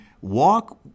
walk